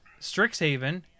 Strixhaven